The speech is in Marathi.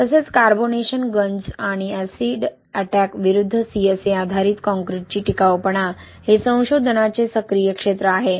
तसेच कार्बोनेशन गंज आणि ऍसिड अटॅक विरूद्ध CSA आधारित काँक्रीटची टिकाऊपणा हे संशोधनाचे सक्रिय क्षेत्र आहे